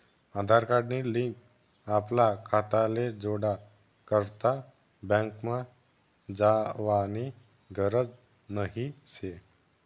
आधार card नी link आपला खाताले जोडा करता बँकमा जावानी गरज नही शे